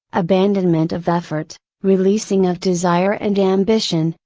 abandonment of effort, releasing of desire and ambition,